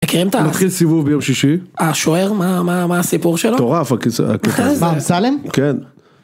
נתחיל סיבוב ביום שישי, השוער מה הסיפור שלו? מטורף הקטע הזה, מה אמסלם? כן.